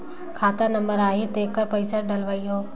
खाता नंबर आही तेकर पइसा डलहीओ?